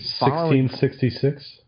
1666